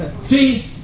See